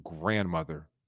grandmother